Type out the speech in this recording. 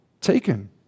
taken